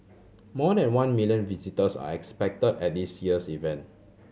more than one million visitors are expect at this year's event